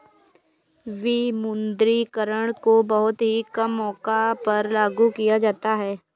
विमुद्रीकरण को बहुत ही कम मौकों पर लागू किया जाता है